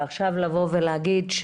עכשיו לבוא ולהגיד,